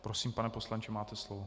Prosím, pane poslanče, máte slovo.